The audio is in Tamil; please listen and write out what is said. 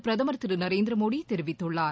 பிரதமர் திரு நரேந்திர மோடி தெரிவித்துள்ளார்